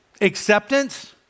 Acceptance